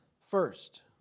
first